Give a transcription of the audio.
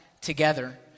together